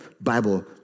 Bible